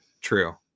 True